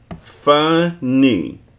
Funny